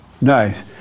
Nice